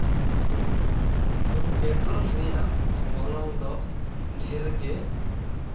ᱦᱮᱸ ᱯᱮᱴᱨᱳᱞ ᱨᱮᱭᱟᱜ ᱜᱚᱱᱚᱝ ᱫᱚ ᱰᱷᱮᱨ ᱜᱮ